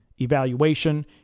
evaluation